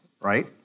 right